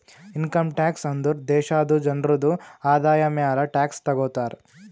income tax ಅಂದುರ್ ದೇಶಾದು ಜನ್ರುದು ಆದಾಯ ಮ್ಯಾಲ ಟ್ಯಾಕ್ಸ್ ತಗೊತಾರ್